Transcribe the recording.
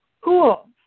Cool